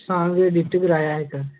song edit कराया हा इक्क